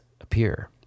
appear